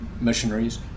missionaries